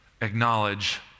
acknowledge